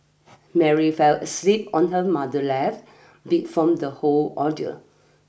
Mary fell asleep on her mother lap beat from the whole ordeal